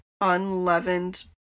Unleavened